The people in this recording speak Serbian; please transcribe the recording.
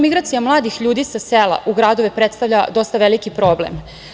Migracija mladih ljudi sa sela u gradove predstavlja dosta veliki problem.